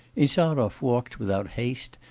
insarov walked without haste,